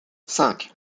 cinq